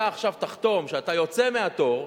אתה עכשיו תחתום שאתה יוצא מהתור,